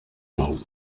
nou